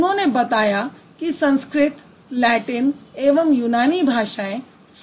उन्होंने बताया कि संस्कृत लैटिन एवं यूनानी भाषाएँ समकालीन हैं